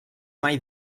mai